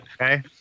Okay